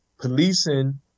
policing